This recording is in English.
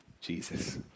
Jesus